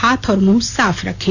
हाथ और मुंह साफ रखें